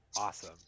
awesome